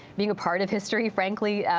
being a part of history frankly.